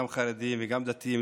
גם חרדים וגם דתיים,